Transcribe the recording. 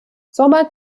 sommer